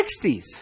60s